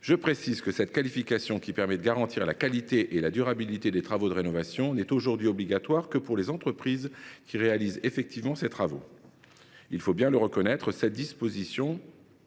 Je précise que cette qualification, qui permet de garantir la qualité et la durabilité des travaux de rénovation, n’est aujourd’hui obligatoire que pour les entreprises qui réalisent effectivement ces travaux. Il faut bien le reconnaître, cette disposition